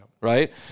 right